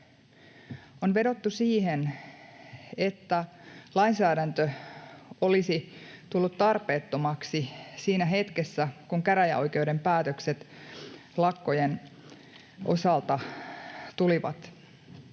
On vedottu siihen, että lainsäädäntö olisi tullut tarpeettomaksi siinä hetkessä, kun käräjäoikeuden päätökset lakkojen osalta tulivat.